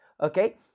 Okay